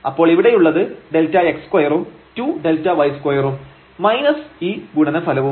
അപ്പോൾ ഇവിടെയുള്ളത് Δx2 ഉം 2Δy2 ഉം മൈനസ് ഈ ഗുണനഫലവും